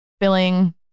filling